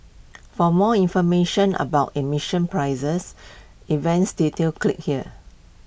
for more information about in mission prices events details click here